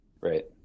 Right